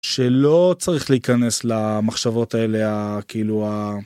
שלא צריך להיכנס למחשבות האלה כאילו.